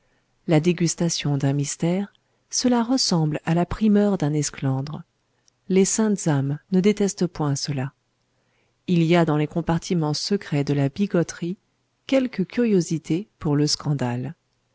la dégustation d'un mystère cela ressemble à la primeur d'un esclandre les saintes âmes ne détestent point cela il y a dans les compartiments secrets de la bigoterie quelque curiosité pour le scandale